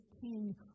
king